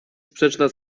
sprzeczna